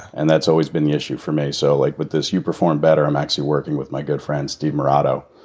and that's always been the issue for me, so like with this u perform better, i'm actually working with my good friend steve murato,